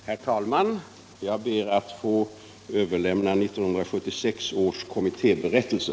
Herr talman! Jag ber att få överlämna 1976 års kommittéberättelse.